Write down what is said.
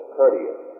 courteous